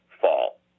fall